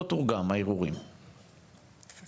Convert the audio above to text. לא תורגם הערעורים והטפסים,